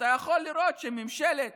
אתה יכול לראות שממשלת